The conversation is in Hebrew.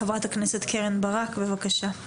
חברת הכנסת קרן ברק, בבקשה.